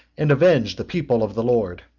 and avenge the people of the lord.